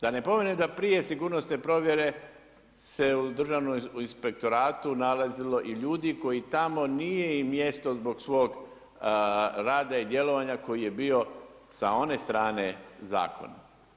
Da napomenem da prije sigurnosne provjere se u Državnom inspektoratu nalazilo i ljudi koji tamo nije im mjesto zbog svog rada i djelovanja koji je bi sa one strane zakona.